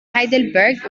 heidelberg